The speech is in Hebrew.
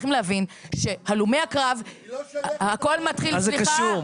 צריכים להבין שהכול מתחיל --- היא לא שייכת --- מה זה קשור?